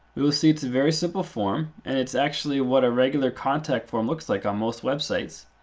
we will see it's a very simple form. and it's actually what a regular contact form looks like on most websites.